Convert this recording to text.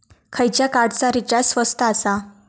खयच्या कार्डचा रिचार्ज स्वस्त आसा?